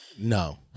No